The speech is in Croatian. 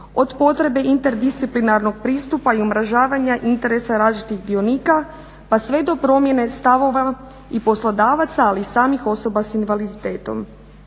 od potrebe interdisciplinarnog pristupa i umrežavanja interesa različitih dionika pa sve do promjene stavova i poslodavaca, ali i samih osoba sa invaliditetom.